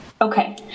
Okay